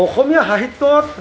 অসমীয়া সাহিত্যত